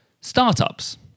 startups